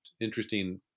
interesting